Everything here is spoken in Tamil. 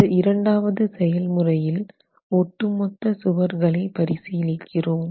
இந்த இரண்டாவது செயல்முறையில் ஒட்டுமொத்த சுவர்களை பரிசீலிக்கிறோம்